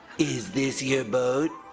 is this your boat?